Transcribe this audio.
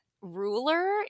ruler